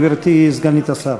גברתי סגנית השר.